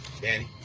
Danny